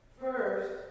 First